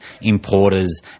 importers